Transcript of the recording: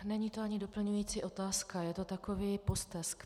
Není to ani doplňující otázka, je to takový postesk.